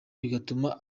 bigatuma